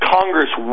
Congress